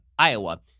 Iowa